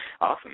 awesome